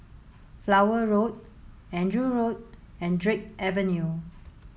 Flower Road Andrew Road and Drake Avenue